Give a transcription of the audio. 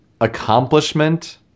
accomplishment